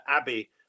Abbey